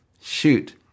Shoot